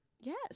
Yes